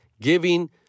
giving